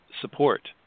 support